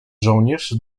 żołnierz